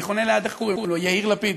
אני חונה ליד איך-קוראים-לו, יאיר לפיד,